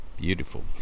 Beautiful